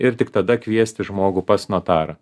ir tik tada kviesti žmogų pas notarą